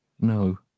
No